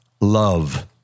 Love